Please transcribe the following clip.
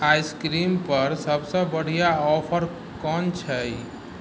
ice cream पर सभ सऽ बढ़िऑं ऑफर कोन छै